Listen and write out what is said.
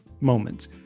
moments